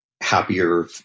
happier